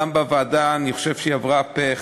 ואני חושב שגם בוועדה היא עברה פה-אחד,